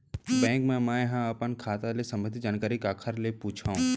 Bank मा मैं ह अपन खाता ले संबंधित जानकारी काखर से पूछव?